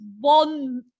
one